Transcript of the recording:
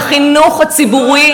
את החינוך הציבורי,